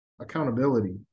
accountability